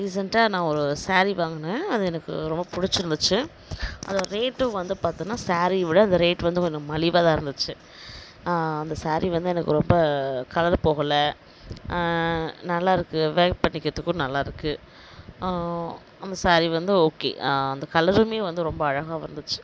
ரீசெண்டாக நான் ஒரு சேரி வாங்கினேன் அது எனக்கு ரொம்ப பிடிச்சிருந்துச்சி அது ரேட்டும் வந்து பார்த்தோனா சேரியை விட அதன் ரேட் வந்து கொஞ்சம் மலிவாக தான் இருந்துச்சு அந்த சேரி வந்து எனக்கு ரொம்ப கலர் போகலை நல்லா இருக்கு வேர் பண்ணிக்கிறத்துக்கும் நல்லா இருக்குது அந்த சேரி வந்து ஓகே அந்த கலரும் வந்து ரொம்ப அழகாவும் இருந்துச்சு